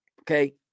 okay